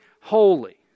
holy